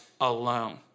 alone